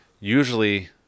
Usually